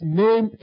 name